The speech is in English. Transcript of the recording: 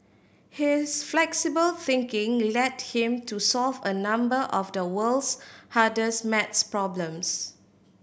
his flexible thinking led him to solve a number of the world's hardest maths problems